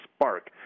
spark